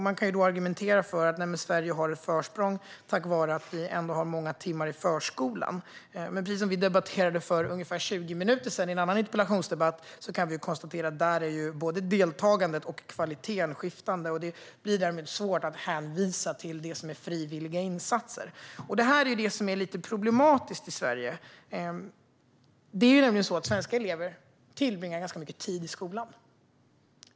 Man kan argumentera att Sverige har ett försprång tack vare att vi har många timmar i förskolan, men precis som vi diskuterade för ungefär 20 minuter sedan i en annan interpellationsdebatt kan vi konstatera att både deltagandet och kvaliteten skiftar där. Det blir därmed svårt att hänvisa till sådant som är frivilliga insatser. Det är detta som är lite problematiskt i Sverige. Svenska elever tillbringar nämligen ganska mycket tid i skolan.